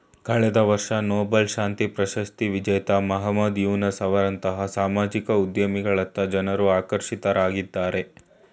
ಕಳೆದ ವರ್ಷ ನೊಬೆಲ್ ಶಾಂತಿ ಪ್ರಶಸ್ತಿ ವಿಜೇತ ಮಹಮ್ಮದ್ ಯೂನಸ್ ಅವರಂತಹ ಸಾಮಾಜಿಕ ಉದ್ಯಮಿಗಳತ್ತ ಜನ್ರು ಆಕರ್ಷಿತರಾಗಿದ್ದಾರೆ